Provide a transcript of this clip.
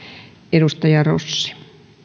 edustaja rossi